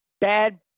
bad